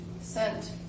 sent